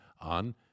on